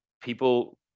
People